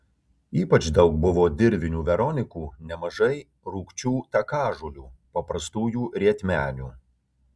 ypač daug buvo dirvinių veronikų nemažai rūgčių takažolių paprastųjų rietmenių